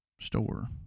store